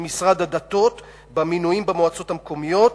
משרד הדתות במינויים במועצות המקומיות,